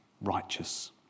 righteous